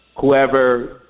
Whoever